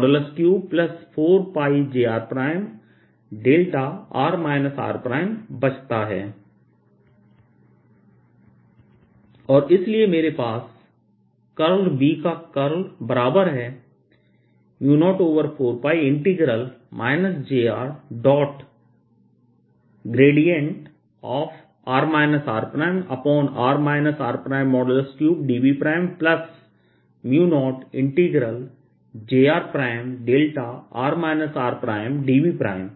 Br04πjrr rr r3dV jrr rr r3r rr r3jr jrr rr r3jrr rr r3 r rr r3jr jrr rr r3 jrr rr r34πjrδr r और इसलिए मेरे पास Br का curl बराबर है 04π jrr rr r3dV0jrr rdV